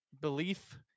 belief